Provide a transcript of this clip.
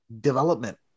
development